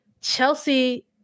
Chelsea